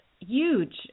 Huge